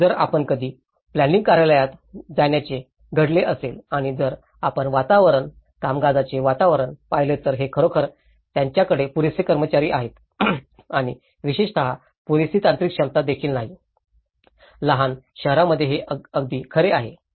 जर आपण कधी प्लॅनिंइंग कार्यालयात जाण्याचे घडले असेल आणि जर आपण वातावरण कामकाजाचे वातावरण पाहिले तर हे खरोखरच त्यांच्याकडे पुरेसे कर्मचारी आहेत आणि विशेषत पुरेशी तांत्रिक क्षमता देखील नाही लहान शहरांमध्ये हे अगदी खरे आहे